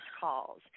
calls